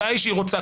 מתי שהיא רוצה,